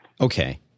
Okay